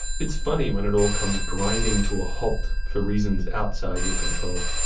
it's funny when it all comes grinding to a halt for reasons outside your control.